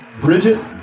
Bridget